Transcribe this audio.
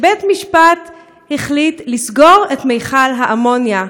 בית-משפט החליט לסגור את מכל האמוניה.